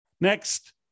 Next